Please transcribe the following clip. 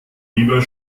lieber